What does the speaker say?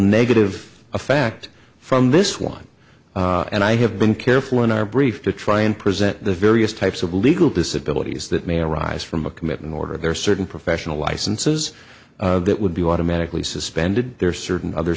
negative effect from this one and i have been careful in our brief to try and present the various types of legal disabilities that may arise from a commit in order there are certain professional licenses that would be automatically suspended there are certain other